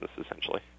essentially